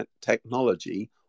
technology